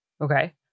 Okay